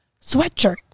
sweatshirt